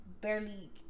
barely